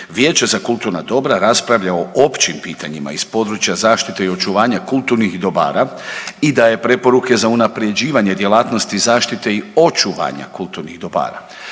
vijeće za kulturna dobra raspravlja o općim pitanjima iz područja zaštite i očuvanja kulturnih dobara i dalje preporuke za unapređivanje djelatnosti zaštite i očuvanja kulturnih dobara.